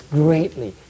greatly